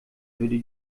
würde